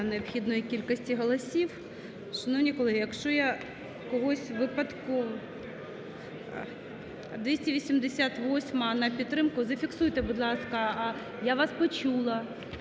необхідної кількості голосів. Шановні колеги, якщо я когось випадково… (Шум у залі) 288-а на підтримку. Зафіксуйте, будь ласка. Я вас почула.